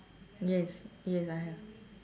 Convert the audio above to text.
yes yes I have